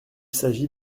s’agit